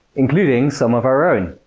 including some of our own!